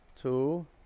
two